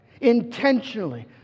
intentionally